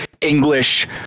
English